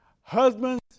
husbands